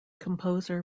composer